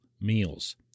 meals